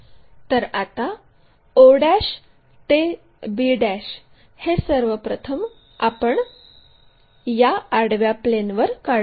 तर आता o ते b हे सर्व प्रथम आपण या आडव्या प्लेनवर काढू